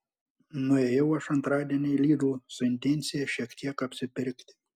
nuėjau aš antradienį į lidl su intencija šiek tiek apsipirkti